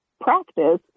practice